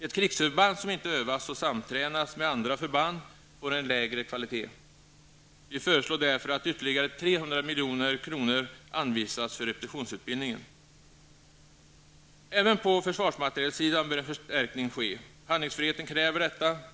Ett krigsförband som inte övas och samtränas med andra förband får en lägre kvalitet. Vi föreslår därför att ytterligare 300 milj.kr. anvisas för repetitionsutbildningen. Även på försvarsmaterielsidan bör en förstärkning ske. Handlingsfriheten kräver detta.